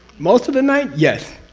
most of the night? yes.